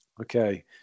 Okay